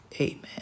Amen